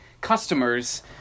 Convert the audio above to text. customers